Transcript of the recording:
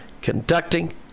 conducting